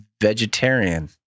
vegetarian